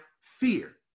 fear